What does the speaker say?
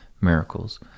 miracles